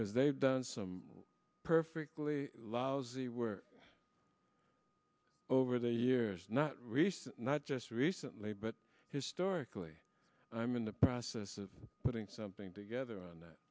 because they've done some perfectly lousy where over the years not recent not just recently but historically and i'm in the process of putting something together on that